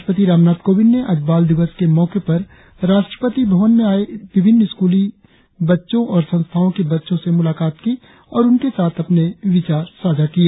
राष्ट्रपति रामनाथ कोविंद ने आज बाल दिवस के मौके पर राष्ट्रपति भवन में आए विभिन्न स्कूलों और संस्थाओं के बच्चों से मुलाकात की और उनके साथ अपने विचार साहा किए